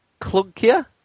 clunkier